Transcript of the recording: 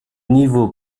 niveau